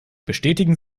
bestätigen